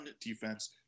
defense